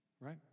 Right